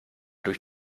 durch